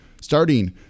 Starting